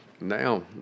Now